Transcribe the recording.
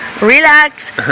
relax